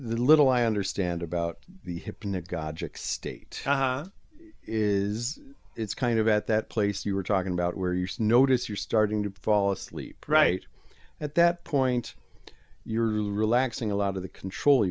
the little i understand about the hypnagogic state is it's kind of at that place you were talking about where use notice you're starting to fall asleep right at that point you're relaxing a lot of the control